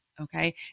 okay